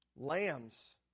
lambs